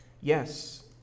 Yes